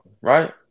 right